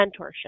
mentorship